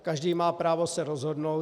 Každý má právo se rozhodnout.